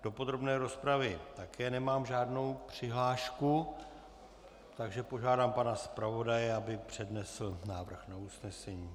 Do podrobné rozpravy také nemám žádnou přihlášku, takže požádám pana zpravodaje, aby přednesl návrh na usnesení.